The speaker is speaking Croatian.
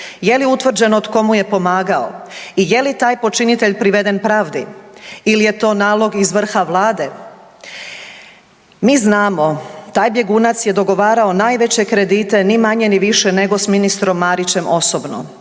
Je li utvrđeno tko mu je pomagao i je li taj počinitelj priveden pravdi? Ili je to nalog iz vrha Vlade? Mi znamo taj bjegunac je dogovarao najveće kredite ni manje ni više nego s ministrom Marićem osobno.